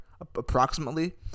approximately